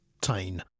Tain